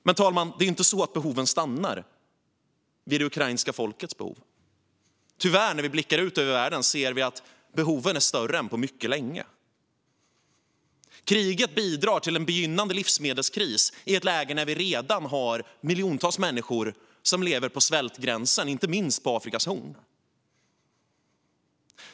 Men, herr talman, det är ju inte så att behoven stannar vid det ukrainska folkets behov. När vi blickar ut över världen ser vi tyvärr att behoven är större än på mycket länge. Kriget bidrar till en begynnande livsmedelskris i ett läge när vi redan har miljontals människor som lever på svältgränsen, inte minst på Afrikas horn.